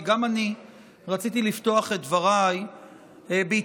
כי גם אני רציתי לפתוח את דבריי בהתייחסות